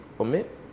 omit